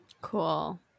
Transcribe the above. Cool